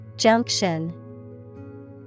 Junction